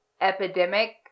epidemic